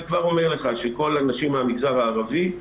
אני כבר אומר לך שכל הנשים מהמגזר הערבי,